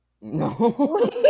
No